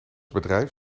bedrijf